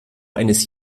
eines